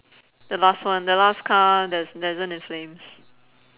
the last one the last car that's that isn't in flames